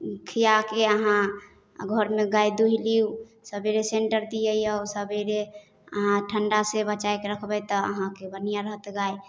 खिआके अहाँ आओर घरमे गाइ दुहि लिअऽ सबेरे सेन्टर दे अइऔ सबेरे अहाँ ठण्डासँ बचैके रखबै तऽ अहाँके बढ़िआँ रहत गाइ